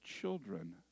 children